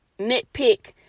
nitpick